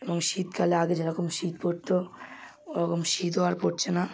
এবং শীতকালে আগে যেরকম শীত পড়ত ওরকম শীতও আর পড়ছে না